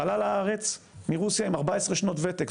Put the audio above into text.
עלה לארץ מרוסיה עם 14 שנות וותק.